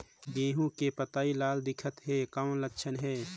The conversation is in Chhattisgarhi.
गहूं के पतई लाल दिखत हे कौन लक्षण हे?